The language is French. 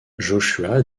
joshua